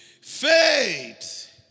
Faith